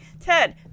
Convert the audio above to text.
Ted